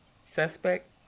Suspect